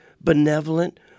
benevolent